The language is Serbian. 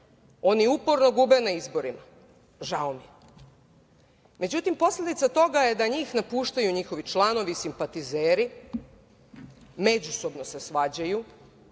oni uporno gube na izborima. Žao mi je. Međutim, posledica toga je da njih napuštaju njihovi članovi, simpatizeri, međusobno se svađaju,